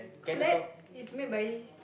slack is make by